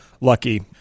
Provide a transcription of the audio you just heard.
lucky